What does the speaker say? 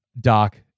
Doc